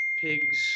pigs